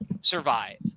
survive